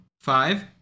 Five